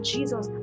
Jesus